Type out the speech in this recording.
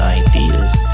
ideas